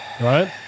Right